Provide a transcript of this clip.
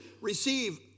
receive